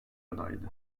adaydı